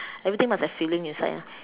everything must have feeling inside ah